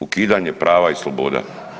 Ukidanje prava i sloboda.